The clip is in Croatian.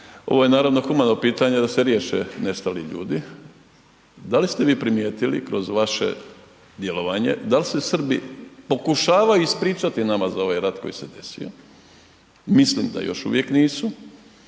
ovo je narodno humano pitanje da se riješe nestali ljudi. Da li ste vi primijetili kroz vaše djelovanje, dal se Srbi pokušavaju ispričati nama za ovaj rat koji se desio? Mislim da još uvijek nisu